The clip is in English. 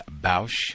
Bausch